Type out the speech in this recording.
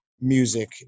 music